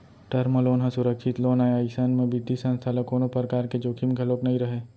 term loan ह सुरक्छित loan आय अइसन म बित्तीय संस्था ल कोनो परकार के जोखिम घलोक नइ रहय